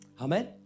Amen